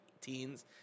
teens